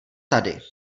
tady